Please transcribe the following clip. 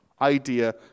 idea